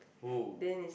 who